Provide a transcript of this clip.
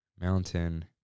Mountain